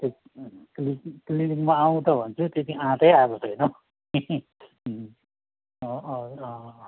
अँ त्यो क्लि क्लिनिकमा आउँ त भन्छु त्यति आँटै आएको छैन हौ अँ अँ अँ